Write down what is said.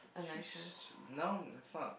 she's no it's not